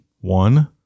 One